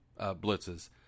blitzes